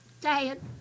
Dad